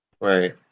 Right